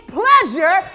pleasure